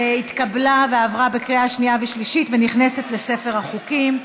התקבלה ועברה בקריאה שנייה ושלישית ונכנסת לספר החוקים.